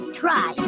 try